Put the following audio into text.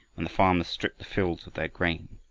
when the farmers stripped the fields of their grain.